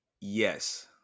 Yes